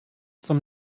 zum